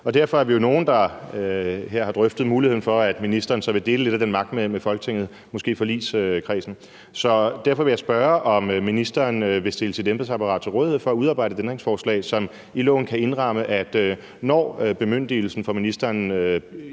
derfor er vi jo nogle, der her har drøftet muligheden for, at ministeren så vil dele lidt af den magt med Folketinget, måske forligskredsen. Så derfor vil jeg spørge, om ministeren vil stille sit embedsapparat til rådighed for at udarbejde et ændringsforslag, som i loven kan indramme, at når bemyndigelsen fra ministeren